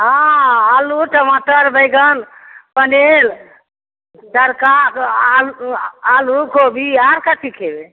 हाँ आलू टमाटर बैगन पनीर तड़का आओर आलू कोबी आओर कथी खएबै